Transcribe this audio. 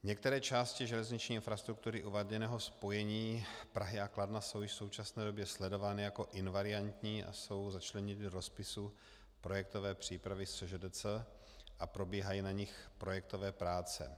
Některé části železniční infrastruktury uváděného spojení Prahy a Kladna jsou již v současné době sledovány jako invariantní a jsou začleněny do rozpisu projektové přípravy SŽDC a probíhají na nich projektové práce.